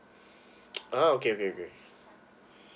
oh okay okay okay